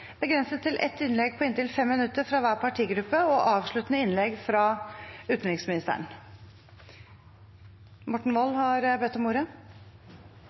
begrenset til ett innlegg på inntil 5 minutter fra hver partigruppe og et avsluttende innlegg fra utenriksministeren. Representanten Morten Wold har bedt om ordet.